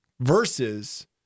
Versus